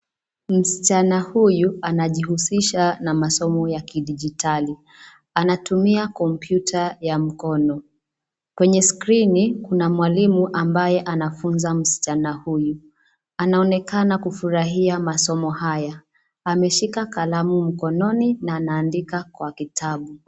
Msichana huyu anajihusisha na masomo ya kidijitali. Anatumia kompyuta ya mkono. Kwenye skrini kuna mwalimu ambaye anafunza msichana huyu. Anaonekana kufurahia masomo haya. Ameshika kalamu mkononi na anaandika kwa kitabu.